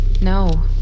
No